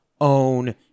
own